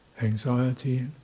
anxiety